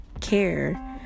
care